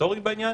היסטוריים בעניין